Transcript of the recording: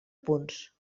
punts